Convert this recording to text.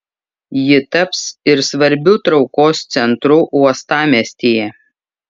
ji taps ir svarbiu traukos centru uostamiestyje